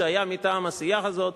שהיה מטעם הסיעה הזאת,